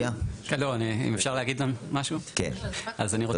אני רוצה להגיד תודה,